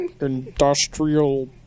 industrial